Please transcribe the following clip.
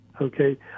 Okay